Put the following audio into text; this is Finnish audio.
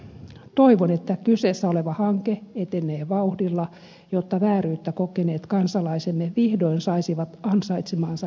toivon että kyseessä oleva hanke etenee vauhdilla jotta vääryyttä kokeneet kansalaisemme vihdoin saisivat ansaitsemansa hyvityksen